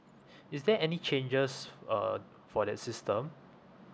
is there any changes uh for that system